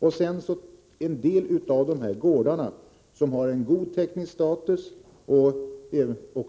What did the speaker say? Vidare: En del av de här gårdarna som har god teknisk status och